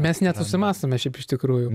mes nesusimąstome šiaip iš tikrųjų